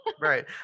right